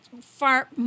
far